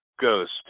ghost